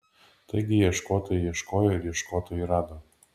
taigi ieškotojai ieškojo ir ieškotojai rado